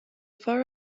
far